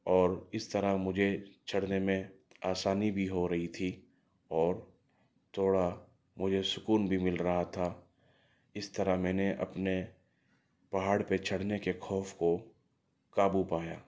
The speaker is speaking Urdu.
اور اس طرح مجھے چڑھنے میں آسانی بھی ہو رہی تھی اور تھوڑا مجھے سکون بھی مل رہا تھا اس طرح میں نے اپنے پہاڑ پہ چڑھنے کے خوف کو قابو پایا